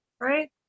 right